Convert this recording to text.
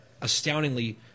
astoundingly